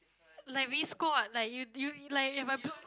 like we squad like you do you like if I do